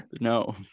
no